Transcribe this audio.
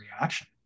reaction